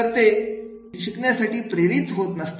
ते सुटण्यासाठी प्रेरित होत नसतात